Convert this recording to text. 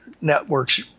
networks